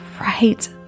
right